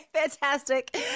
fantastic